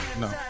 No